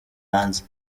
hanze